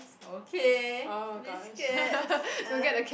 okay bit scared